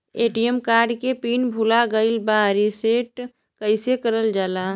ATM card के PIN भूला गइल बा रीसेट कईसे करल जाला?